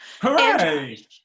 Hooray